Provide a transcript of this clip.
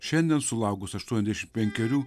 šiandien sulaukus aštuondešim penkerių